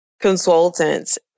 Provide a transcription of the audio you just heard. consultants